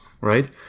right